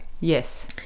Yes